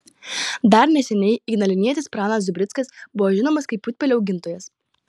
dar neseniai ignalinietis pranas zubrickas buvo žinomas kaip putpelių augintojas